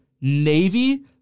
Navy